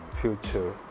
future